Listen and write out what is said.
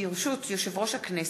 ברשות יושב-ראש הכנסת,